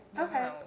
okay